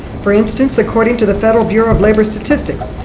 for instance, according to the federal bureau of labor statistics,